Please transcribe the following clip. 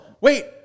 wait